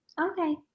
Okay